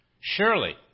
Surely